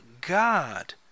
God